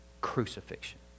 crucifixion